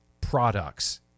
products